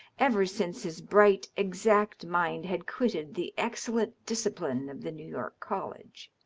ever since his bright, exact mind had quitted the excel lent discipline of the new york college.